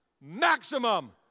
maximum